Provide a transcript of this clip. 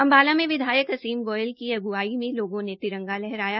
अम्बाला में विधायक असीम गोयल की अगुवाई में लोगों ने तिरंगा लहराया